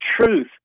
truth